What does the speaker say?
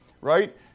right